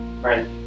right